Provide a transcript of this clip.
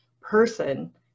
person